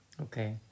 Okay